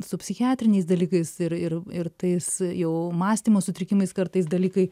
su psichiatriniais dalykais ir ir ir tais jau mąstymo sutrikimais kartais dalykai